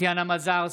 טטיאנה מזרסקי,